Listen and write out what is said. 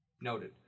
Noted